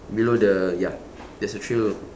below the ya there's a trail